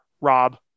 Rob